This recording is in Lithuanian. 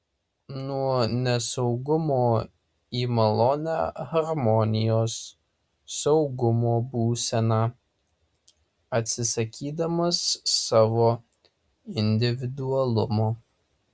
nuo nesaugumo į malonią harmonijos saugumo būseną atsisakydamas savo individualumo